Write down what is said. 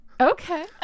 Okay